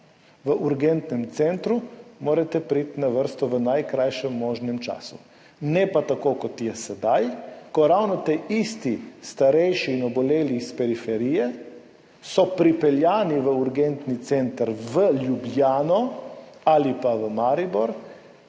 v urgentnem centru, morate priti na vrsto v najkrajšem možnem času. Ne pa tako, kot je sedaj, ko so ravno ti isti starejši in oboleli s periferije pripeljani v urgentni center v Ljubljano ali pa v Maribor,